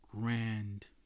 grand